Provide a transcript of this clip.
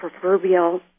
proverbial